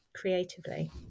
creatively